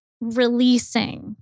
releasing